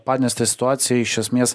padnestrės situacija iš esmės